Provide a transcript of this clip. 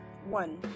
one